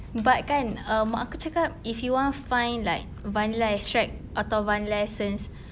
but kan um mak aku cakap if you want find like vanilla extract atau vanilla essence